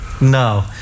no